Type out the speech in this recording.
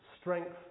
strength